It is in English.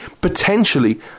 potentially